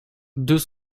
deux